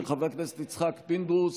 של חבר הכנסת יצחק פינדרוס.